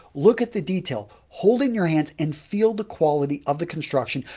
look at the detail, holding your hands and feel the quality of the construction.